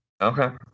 Okay